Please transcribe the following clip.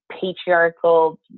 patriarchal